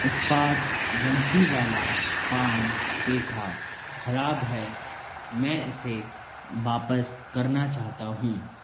उत्पाद बंसीवाला पान पेठा ख़राब है मैं इसे वापस करना चाहता हूँ